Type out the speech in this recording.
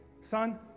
Son